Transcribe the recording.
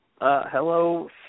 Hello